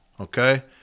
Okay